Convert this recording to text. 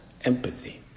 empathy